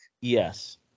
Yes